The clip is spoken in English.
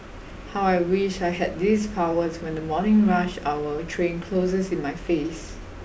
how I wish I had these powers when the morning rush hour train closes in my face